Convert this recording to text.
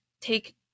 take